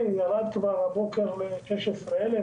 ירד הבוקר לכ-16,000,